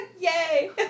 Yay